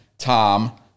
Tom